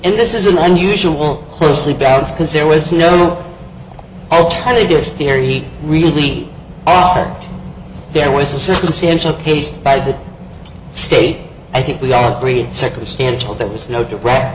and this is an unusual closely balance because there was no alternative theory really there was a circumstantial case by the state i think we all agreed circumstantial there was no direct